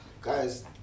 guys